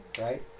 right